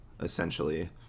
essentially